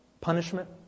punishment